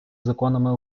законами